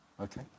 Okay